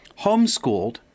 Homeschooled